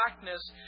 blackness